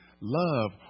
love